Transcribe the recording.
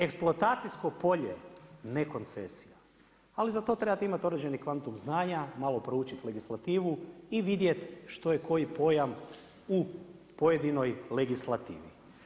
Eksploatacijsko polje ne koncesija, ali za to trebate imati određeni kvantum znanja, malo proučiti legislativu i vidjet što je koji pojam u pojedinoj legislativi.